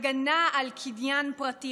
הגנה על קניין פרטי,